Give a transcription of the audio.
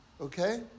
okay